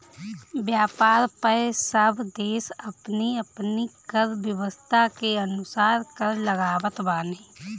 व्यापार पअ सब देस अपनी अपनी कर व्यवस्था के अनुसार कर लगावत बाने